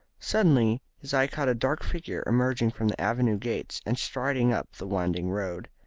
suddenly his eye caught a dark figure emerging from the avenue gates and striding up the winding road.